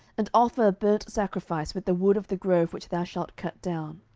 and offer a burnt sacrifice with the wood of the grove which thou shalt cut down.